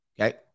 Okay